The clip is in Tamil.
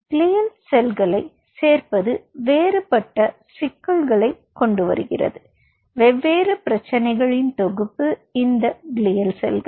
க்ளியல் செல்களைச் சேர்ப்பது வேறுபட்ட சிக்கல்களைக் கொண்டுவருகிறது வெவ்வேறு பிரச்சனைகளின் தொகுப்பு இந்த க்ளீயல் செல்கள்